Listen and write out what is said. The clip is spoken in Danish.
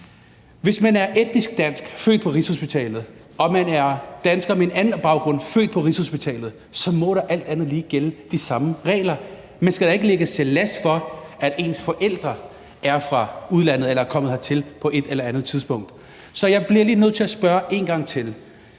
Hvis man er etnisk dansk og født på Rigshospitalet og man er dansker med en anden baggrund og født på Rigshospitalet, må der alt andet lige gælde de samme regler. Man skal da ikke lægges til last, at ens forældre er fra udlandet eller er kommet hertil på et eller andet tidspunkt. Så jeg bliver lige nødt til at spørge en gang til: